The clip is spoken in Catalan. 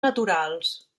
naturals